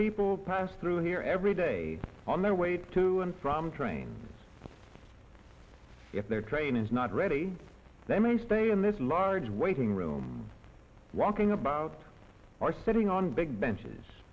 people pass through here every day on their way to and from trains if their train is not ready they may stay in this large waiting room rocking about are sitting on big benches